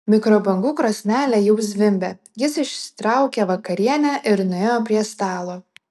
mikrobangų krosnelė jau zvimbė jis išsitraukė vakarienę ir nuėjo prie stalo